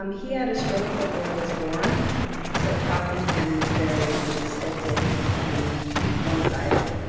um he had a stroke before i was born so talking to him was very stilted and one-sided.